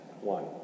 one